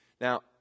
Now